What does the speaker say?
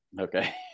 Okay